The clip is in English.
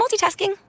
multitasking